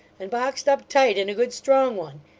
and boxed up tight, in a good strong one.